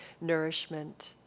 nourishment